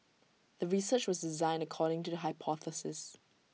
the research was designed according to the hypothesis